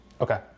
Okay